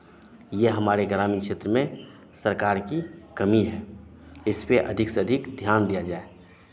यह हमारे ग्रामीण क्षेत्र में सरकार की कमी है इस पे अधिक से अधिक ध्यान दिया जाए